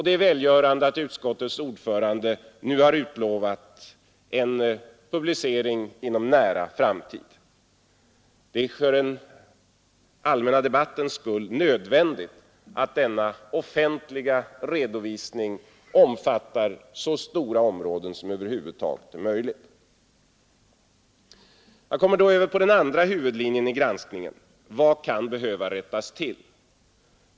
Det är välgörande att utskottets ordförande nu har utlovat en publicering inom en nära framtid. Det är för den allmänna debattens skull nödvändigt att denna offentliga redovisning omfattar så stora områden som det över huvud taget är möjligt. Därmed kommer jag över på den andra huvudlinjen i granskningen: Vad kan behöva rättas till?